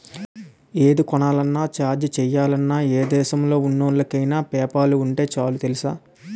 ఏది కొనాలన్నా, రీచార్జి చెయ్యాలన్నా, ఏ దేశంలో ఉన్నోళ్ళకైన పేపాల్ ఉంటే చాలు తెలుసా?